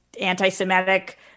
anti-Semitic